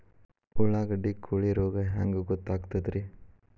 ಉಳ್ಳಾಗಡ್ಡಿ ಕೋಳಿ ರೋಗ ಹ್ಯಾಂಗ್ ಗೊತ್ತಕ್ಕೆತ್ರೇ?